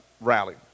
rally